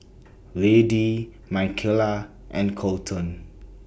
Lady Michaela and Kolton